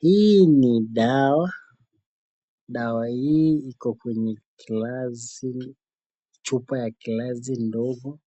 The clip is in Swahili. Hi ni dawa, dawa hii Iko kwenye glasi chupa ya glazi ndogo